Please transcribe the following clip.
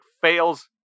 fails